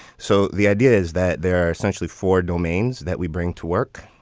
so the idea is that there are essentially four domains that we bring to work.